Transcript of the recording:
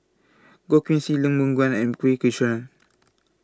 Goh Keng Swee Lee Boon Ngan and